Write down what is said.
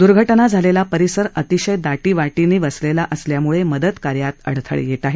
द्र्घटना झालेला परिसर अतिशय दाटीवाटीनं वसलेला असल्याम्ळे मदतकार्यात अडथळे येत आहेत